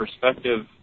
perspective